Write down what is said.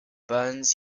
burns